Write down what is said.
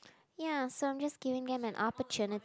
ya so I'm just giving them an opportuni~